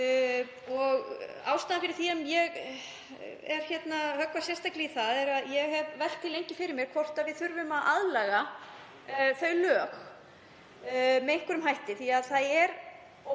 Ástæðan fyrir því að ég er að höggva sérstaklega í það er að ég hef velt því lengi fyrir mér hvort við þurfum að aðlaga þau lög með einhverjum hætti. Ég held að það eigi